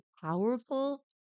powerful